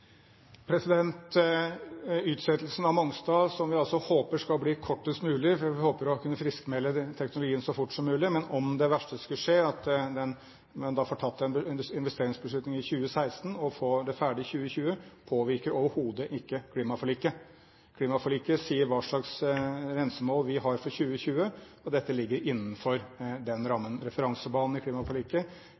Utsettelsen av Mongstad, som vi håper skal bli kortest mulig – vi håper å kunne friskmelde denne teknologien så fort som mulig, men om det verste skulle skje, får en tatt en investeringsbeslutning i 2016 og får det ferdig i 2020 – påvirker overhodet ikke klimaforliket. Klimaforliket sier hva slags rensemål vi har for 2020, og dette ligger innenfor den rammen. Referansebanen i klimaforliket